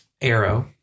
Arrow